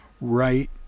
right